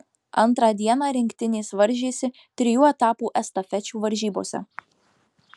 antrą dieną rinktinės varžėsi trijų etapų estafečių varžybose